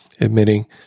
admitting